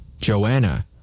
Joanna